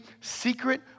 secret